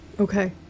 Okay